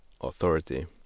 authority